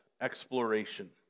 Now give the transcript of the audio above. exploration